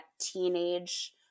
teenage